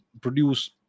produce